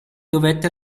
dovette